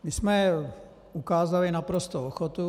My jsme ukázali naprostou ochotu.